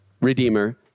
redeemer